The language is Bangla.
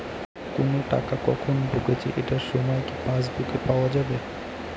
কোনো টাকা কখন ঢুকেছে এটার সময় কি পাসবুকে পাওয়া যাবে?